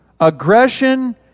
Aggression